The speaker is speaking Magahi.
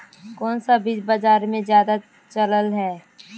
कोन सा बीज बाजार में ज्यादा चलल है?